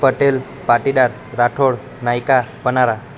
Patel Patidar Rathod Nayka Panara